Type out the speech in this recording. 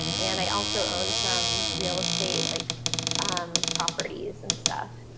and i also own some real estate like um properties and stuff.